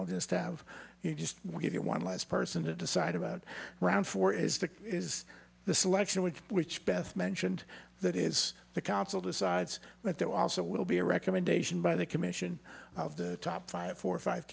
or just have you just give it one last person to decide about round four is that is the selection with which beth mentioned that is the council decides but there also will be a recommendation by the commission of the top five four five